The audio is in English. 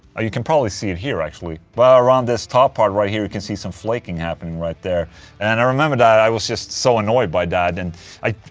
you can probably see it here actually right around this top part right here you can see some flaking happening right there and i remember that i was just so annoyed by that and i.